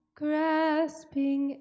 grasping